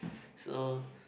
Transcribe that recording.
so